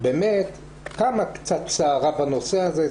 באמת קמה קצת סערה בנושא הזה.